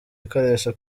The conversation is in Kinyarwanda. gikoresho